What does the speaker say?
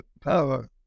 power